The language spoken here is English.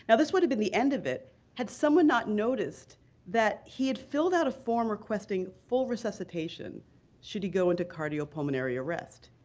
and this would have been the end of it had someone not noticed that he had filled out a form requesting full resuscitation should he go into cardiopulmonary arrest.